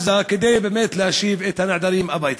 עם עזה, כדי באמת להשיב את הנעדרים הביתה.